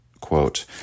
quote